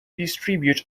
distribute